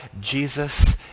Jesus